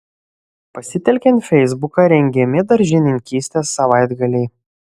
pasitelkiant feisbuką rengiami daržininkystės savaitgaliai